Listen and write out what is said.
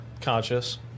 conscious